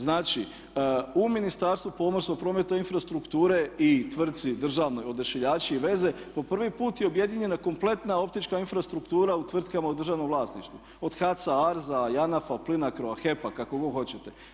Znači, u Ministarstvu pomorstva, prometa i infrastrukture i tvrtci državnoj Odašiljači i veze po prvi put je objedinjena kompletna optička infrastruktura u tvrtkama u državnom vlasništvu, od HAC-a, ARZ-a, JANAF-a, Plinacroa, HEP-a kako god hoćete.